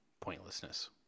pointlessness